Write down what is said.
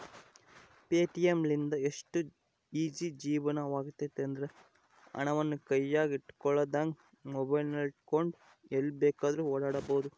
Paytm ಲಿಂದ ಎಷ್ಟು easy ಜೀವನವಾಗೆತೆಂದ್ರ, ಹಣವನ್ನು ಕೈಯಗ ಇಟ್ಟುಕೊಳ್ಳದಂಗ ಮೊಬೈಲಿನಗೆಟ್ಟುಕೊಂಡು ಎಲ್ಲಿ ಬೇಕಾದ್ರೂ ಓಡಾಡಬೊದು